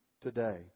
today